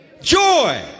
Joy